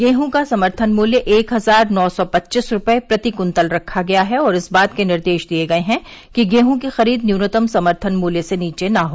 गेहूँ का समर्थन मूल्य एक हजार नौ पच्चीस रूपये प्रति कुन्तल रखा गया है और इस बात के निर्देश दिये गये हैं कि गेहूँ की खरीद न्यूनतम समर्थन मूल्य से नीचे न हो